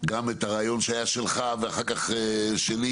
גם את הרעיון שהיה שלך ואחר כך שלי,